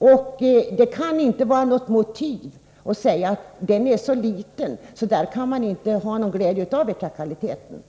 en sådan skolform. Det kan inte vara något motiv att säga att denna skola är så liten att man inte har någon glädje av vertikaliteten där.